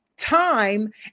Time